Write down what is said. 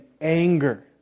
anger